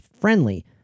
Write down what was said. friendly